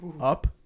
Up